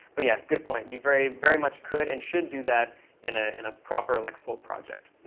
but, yeah, good point. you very very much could and should do that in ah in a proper, like, full project.